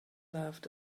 laughed